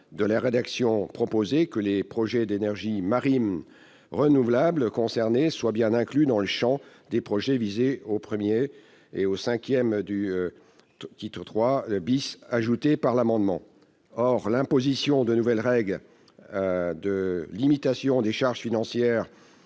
de la rédaction proposée, que les projets d'énergie marine renouvelable concernés seront bien inclus dans le champ des projets visés aux 1° à 5° du 1. du III que vise à ajouter l'amendement. Or l'imposition de nouvelles règles de limitation des charges financières